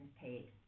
paid